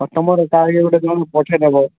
ଆଉ ତମର କାହାକେ ଯେ ଗୋଟେ କନ୍ ପଠେଇ ଦେବ